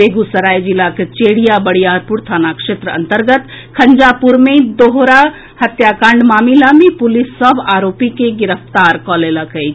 बेगूसराय जिलाक चेरिया बरियारपुर थाना क्षेत्र अंतर्गत खंजापुर मे दोहरा हत्याकांड मामिला मे पुलिस सभ आरोपी के गिरफ्तार कऽ लेलक अछि